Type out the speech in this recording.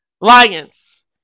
Lions